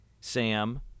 Sam